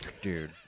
dude